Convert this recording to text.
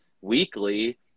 weekly